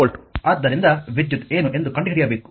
ಆದ್ದರಿಂದ ವಿದ್ಯುತ್ ಏನು ಎಂದು ಕಂಡುಹಿಡಿಯಬೇಕು